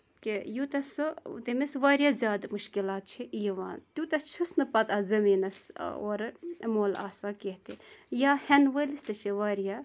کہِ یوٗتاہ سُہ تٔمِس واریاہ زیادٕ مُشکِلات چھِ یِوان توٗتاہ چھُس نہٕ پَتہٕ اَتھ زٔمیٖنَس آ اورٕ مۅل آسان کیٚنٛہہ تہِ یا ہیٚنہٕ وٲلِس تہِ چھِ واریاہ